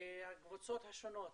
לקבוצות השונות,